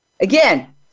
Again